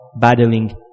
battling